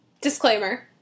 Disclaimer